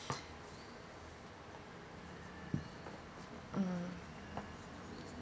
mm